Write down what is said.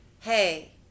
hey